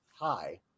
Hi